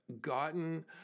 gotten